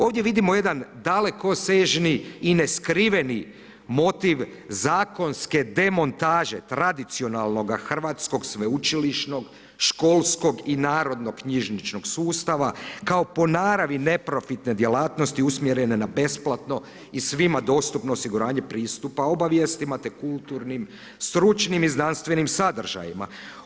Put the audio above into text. Ovdje vidimo jedan dalekosežni i neskriveni motiv zakonske demontaže tradicionalnoga hrvatskog, sveučilišnog, školskog i narodno knjižničnog sustava, kao po naravi neprofitne djelatnosti usmjerene na besplatno i svima dostupno osiguranje pristupa obavijestima te kulturnim stručnim i znanstvenim sadržajima.